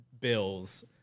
bills